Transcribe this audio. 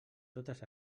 totes